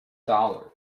dollars